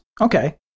Okay